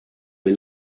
või